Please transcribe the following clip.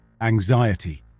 Anxiety